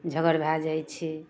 झगड़ा भए जाइ छै